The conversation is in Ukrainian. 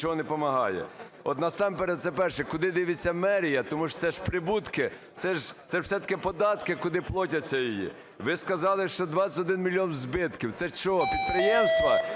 насамперед, це перше, куди дивиться мерія? Тому що це ж прибутки, це, все-таки, податки, куди платяться. Ви сказали, що 21 мільйон збитків. Це що, підприємства?